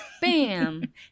Bam